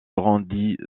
grandit